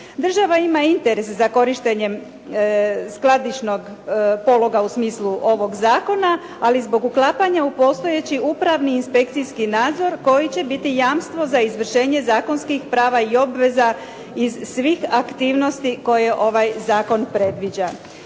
Država ima interes za korištenjem skladišnog pologa u smislu ovog zakona, ali zbog uklapanja u postojeći upravni inspekcijski nadzor koji će biti jamstvo za izvršenje zakonskih prava i obveza iz svih aktivnosti koje ovaj zakon predviđa.